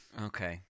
Okay